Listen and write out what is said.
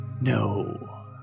No